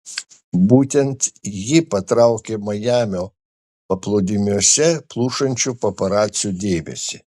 būtent ji patraukė majamio paplūdimiuose plušančių paparacių dėmesį